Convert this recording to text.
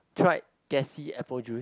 tried gassy apple juice